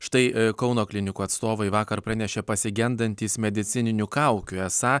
štai kauno klinikų atstovai vakar pranešė pasigendantys medicininių kaukių esą